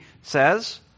says